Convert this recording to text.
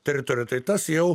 teritoriją tai tas jau